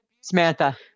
Samantha